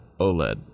OLED